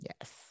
Yes